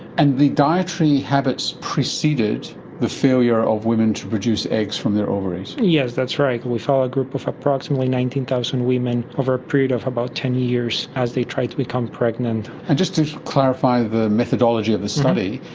and the dietary habits preceded the failure of women to produce eggs from their ovaries. yes, that's right. we followed a group of approximately nineteen thousand women over a period of about ten years as they tried to become pregnant. and just to clarify the methodology of the study,